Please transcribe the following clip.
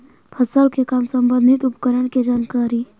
फसल के काम संबंधित उपकरण के जानकारी?